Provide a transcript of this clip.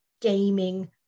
gaming